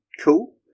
cool